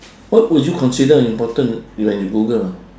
what would you consider important when you google